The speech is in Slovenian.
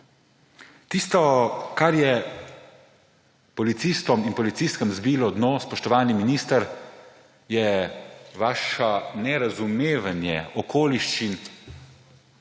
Tisto, kar je policistom in policistkam zbilo dno, spoštovani minister, je vaše nerazumevanje okoliščin